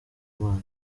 imana